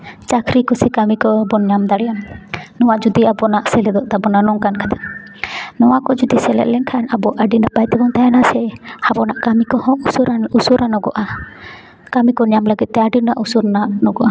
ᱪᱟᱹᱠᱨᱤ ᱠᱚᱥᱮ ᱠᱟᱹᱢᱤ ᱠᱚᱵᱚᱱ ᱧᱟᱢ ᱫᱟᱲᱮᱭᱟᱜᱼᱟ ᱱᱚᱣᱟ ᱡᱩᱫᱤ ᱟᱵᱚᱱᱟᱜ ᱥᱮᱞᱮᱫᱚᱜ ᱛᱟᱵᱚᱱᱟ ᱱᱚᱝᱠᱟᱱ ᱠᱟᱛᱷᱟ ᱱᱚᱣᱟ ᱠᱚ ᱡᱩᱫᱤ ᱥᱮᱞᱮᱫ ᱞᱮᱱᱠᱷᱟᱱ ᱟᱵᱚ ᱟᱹᱰᱤ ᱱᱟᱯᱟᱭ ᱛᱮᱵᱚᱱ ᱛᱟᱦᱮᱱᱟ ᱥᱮ ᱟᱵᱚᱱᱟᱜ ᱠᱟᱹᱢᱤ ᱠᱚᱦᱚᱸ ᱩᱥᱟᱹᱨᱟ ᱱᱚᱜᱚᱜᱼᱟ ᱠᱟᱹᱢᱤ ᱠᱚ ᱧᱟᱢ ᱞᱟᱹᱜᱤᱫ ᱛᱮ ᱟᱹᱰᱤᱱᱟ ᱩᱥᱟᱹᱨᱟ ᱱᱚᱜᱚᱜᱼᱟ